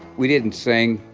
we didn't sing.